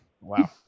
Wow